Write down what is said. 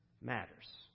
matters